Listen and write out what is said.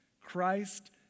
Christ